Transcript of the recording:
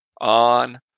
On